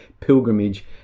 pilgrimage